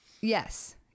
Yes